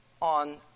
on